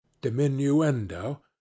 diminuendo